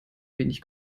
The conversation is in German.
wenig